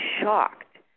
shocked